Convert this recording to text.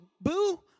boo